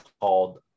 called